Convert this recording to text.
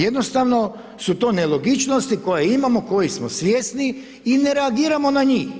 Jednostavno su to nelogičnosti koje imamo, kojih smo svjesni i ne reagiramo na njih.